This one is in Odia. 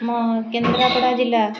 ଆମ କେନ୍ଦ୍ରାପଡ଼ା ଜିଲ୍ଲା